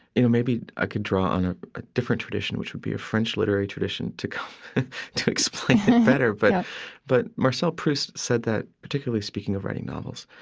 you know, maybe i could draw on ah a different tradition, which would be a french literary tradition to to explain it better, but but marcel proust said that, particularly speaking of writing novels,